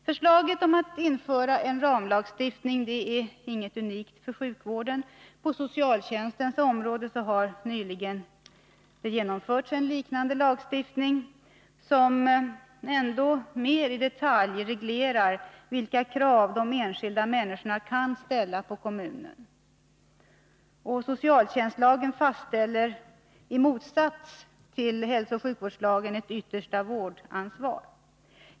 Förslaget om införande av en ramlagstiftning är inget unikt för sjukvården. På socialtjänstens område har nyligen genomförts en liknande lagstiftning, som ändå mer i detalj reglerar vilka krav de skilda människorna kan ställa på kommunen. Och socialtjänstslagen fastställer, i motsats till hälsooch sjukvårdslagen, ett yttersta vårdansvar.